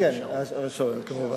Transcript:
כן, כן, איינשטיין שר אותו, כמובן.